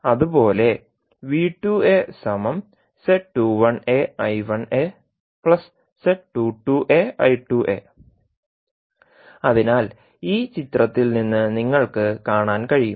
അതുപോലെ അതിനാൽ ഈ ചിത്രത്തിൽ നിന്ന് നിങ്ങൾക്ക് കാണാൻ കഴിയും